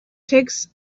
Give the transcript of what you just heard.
takes